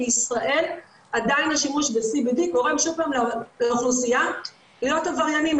בישראל עדיין השימוש ב-CBD גורם שוב פעם לאוכלוסיה להיות עבריינים,